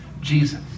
Jesus